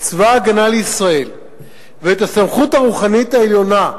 את צבא-הגנה לישראל ואת הסמכות הרוחנית העליונה,